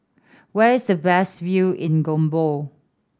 where is the best view in Gabon